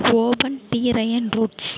open drain roots